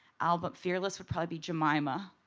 ah but fearless would probably be jemima.